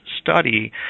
study